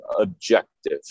objective